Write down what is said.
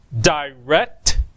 direct